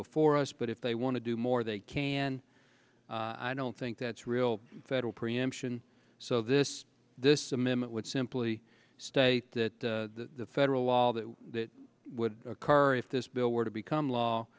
before us but if they want to do more they can i don't think that's real federal preemption so this this amendment would simply state that the federal law that would occur if this bill were to become law